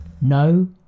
No